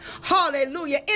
hallelujah